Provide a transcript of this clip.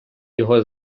його